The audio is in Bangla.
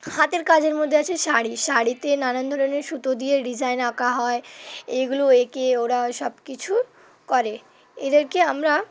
হাতের কাজের মধ্যে আছে শাড়ি শাড়িতে নানান ধরনের সুতো দিয়ে ডিজাইন আঁকা হয় এইগুলো এঁকে ওরা সব কিছু করে এদেরকে আমরা